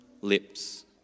lips